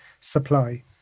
supply